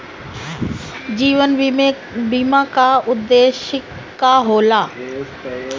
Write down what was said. जीवन बीमा का उदेस्य का होला?